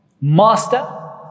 master